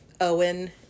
Owen